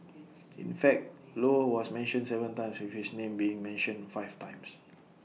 in fact low was mentioned Seven times with his name being mentioned five times